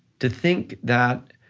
to think that,